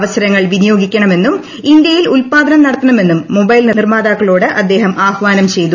അവസരങ്ങൾ വിനിയോഗിക്കണമെന്നും ഇന്ത്യയിൽ മുൽപാദനം നടത്തണമെന്നും മൊബൈൽ നിർമാതാക്കളോട് അദ്ദേഹം ആഹ്വാനം ചെയ്തു